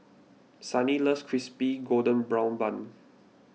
Sannie loves Crispy Golden Brown Bun